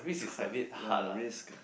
it's quite ya risk